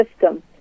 system